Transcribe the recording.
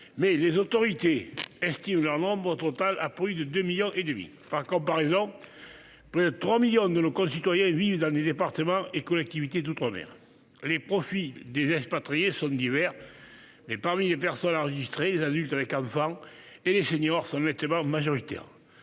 mais les autorités estiment leur nombre total à près de 2,5 millions. Par comparaison, près de 3 millions de nos concitoyens vivent dans des départements et collectivités d'outre-mer. Les profils des expatriés sont divers, mais, parmi les personnes enregistrées, les adultes avec enfants et les seniors sont nettement majoritaires.